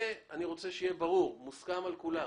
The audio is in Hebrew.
זה אני רוצה שיהיה ברור, שיהיה מוסכם על כולם.